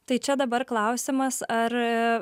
tai čia dabar klausimas ar